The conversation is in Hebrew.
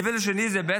הרמה השנייה היא,